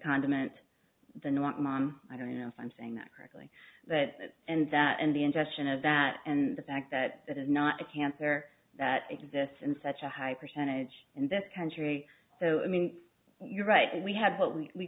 condiment the not mom i don't know if i'm saying that correctly but and that and the ingestion of that and the fact that it is not a cancer that exists in such a high percentage in this country so i mean you're right we had what we we